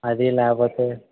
అదీ లేకపోతే